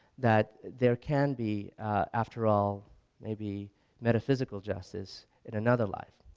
that there can be after all maybe metaphysical justice in another life.